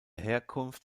herkunft